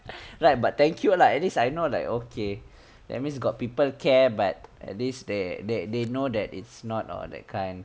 right but thank you ah like at least I know like okay that means got people care but at least they they they know that it's not oh that kind